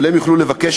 אבל הם יוכלו לבקש